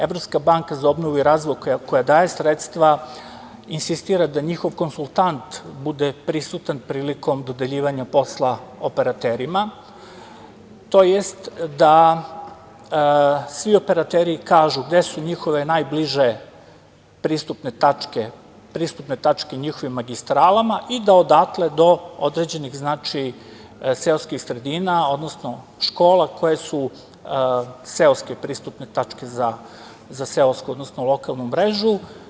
Evropska banka za obnovu i razvoj koja daje sredstva, insistira da njihov konsultant bude prisutan prilikom dodeljivanja posla operaterima, tj. da svi operateri kažu gde su njihove najbliže pristupne tačke njihovim magistralama i da odatle do određenih seoskih sredina, odnosno škola koje su seoske pristupne tačke za lokalnu mrežu.